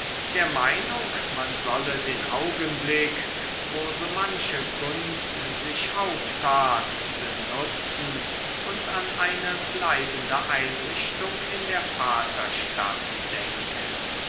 der meinung man solle den augenblick wo so manche gunst sich auftat benutzen und an eine bleibende einrichtung in der vaterstadt denken